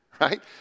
right